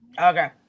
Okay